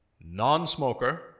non-smoker